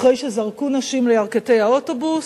אחרי שזרקו נשים לירכתי האוטובוס,